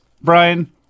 Brian